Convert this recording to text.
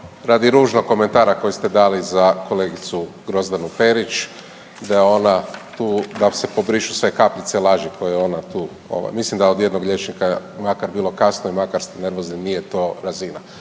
radi ružnog komentara koji ste dali za kolegicu Grozdanu Perić da je ona tu, da se pobrišu sve kapljice laži koje je ona tu, mislim da je od jednog liječnika, makar bilo kasno i makar ste nervozni, nije to razina.